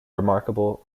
remarkable